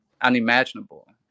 unimaginable